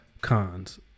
cons